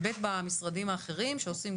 באמת במשרדים האחרים שעושים,